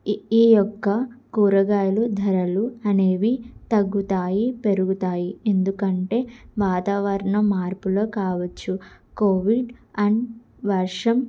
ఈ యొక్క కూరగాయలు ధరలు అనేవి తగ్గుతాయి పెరుగుతాయి ఎందుకంటే వాతావరణం మార్పులు కావచ్చు కోల్డ్ అండ్ వర్షం